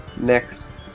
Next